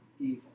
evil